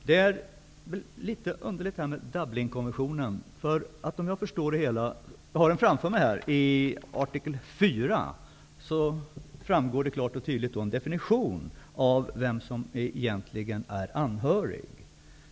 Herr talman! I artikel 4 i Dublinkonventionen finns det en klar och tydlig defenition av vem som egentligen är anhörig.